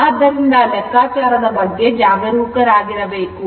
ಆದ್ದರಿಂದ ಲೆಕ್ಕಾಚಾರದ ಬಗ್ಗೆ ಜಾಗರೂಕರಾಗಿರಬೇಕು